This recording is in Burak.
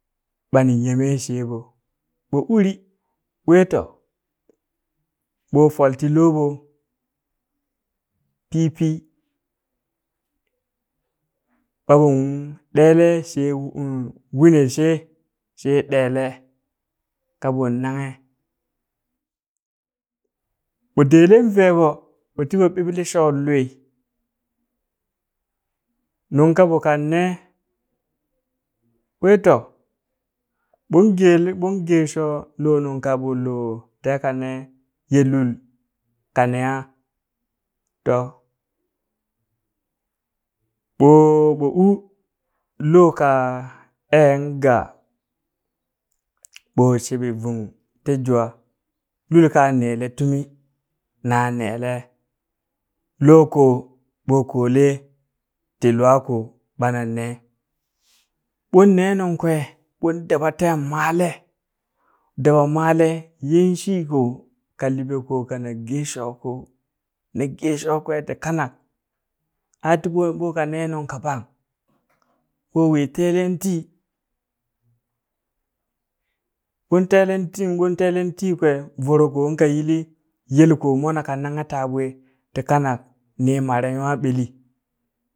Bani nyeme sheeɓo, mu uri ɓwee to ɓoo folee ti loɓo Pii- Pii ɓaɓon ɗeele shee wuneshee shee ɗeele kaɓon nanghe ɓo deelen veeɓo ɓo tiɓo ɓiɓli shoon lwee nungkaɓo kan nee ɓwee to, ɓon geele ɓon geeshoo loo nungka ɓonlo teeka nee ye lul ka neyaa to ɓo ɓo u looka een gaa, ɓo shiɓi vung ti jwaa lul kaa neele tumi naa neelee lookoo ɓoo koolee ti lwaakoo ɓanan nee ɓon nee nunkwee ɓon daba teen maalee, daba maalee yin shi koo ka liɓe koo kana geeshookoo na gesho kwe ti kanak, a tiɓon ɓoka nee nung ka ɓang, ɓo wii teelen tii ɓon telen ti, ɓon telen tii kwe voro koon ka yilii yele ko mona ka nanghe taɓoe ti kanak ni mare nywaa ɓeli